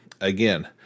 again